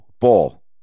ball